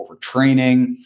overtraining